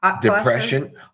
depression